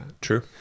true